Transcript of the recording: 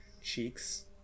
cheeks